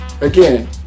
Again